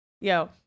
yo